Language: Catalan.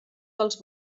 dels